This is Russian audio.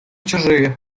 чужие